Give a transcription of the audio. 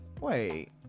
Wait